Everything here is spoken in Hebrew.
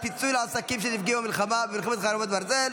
פיצוי לעסקים שנפגעו במלחמת חרבות ברזל